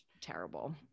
terrible